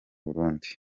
burundi